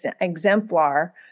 exemplar